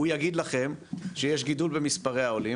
הוא יגיד לכם שיש גידול במספרי העולים